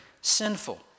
sinful